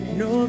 no